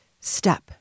step